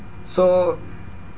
so